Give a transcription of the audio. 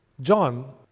John